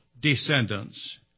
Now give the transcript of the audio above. descendants